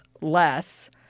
less